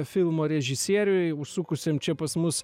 filmo režisieriui užsukusiam čia pas mus